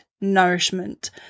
nourishment